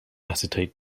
acetate